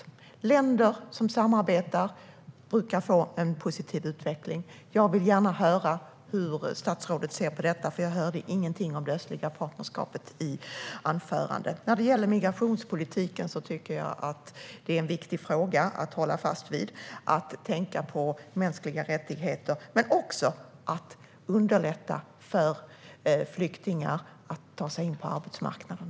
Länder som samarbetar brukar få en positiv utveckling. Jag vill gärna höra hur statsrådet ser på detta, för jag hörde ingenting om det östliga partnerskapet i anförandet. När det gäller migrationspolitiken tycker jag att det är viktigt att tänka på mänskliga rättigheter men också att underlätta för flyktingar att ta sig in på arbetsmarknaden.